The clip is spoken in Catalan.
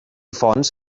fonts